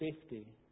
safety